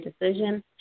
decision